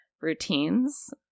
routines